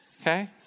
okay